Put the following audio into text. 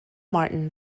martin